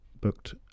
booked